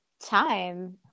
time